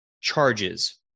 charges